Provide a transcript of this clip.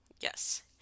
yes